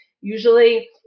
Usually